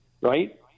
right